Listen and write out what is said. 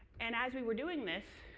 and as we were doing this,